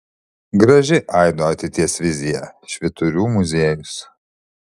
graži aido ateities vizija švyturių muziejus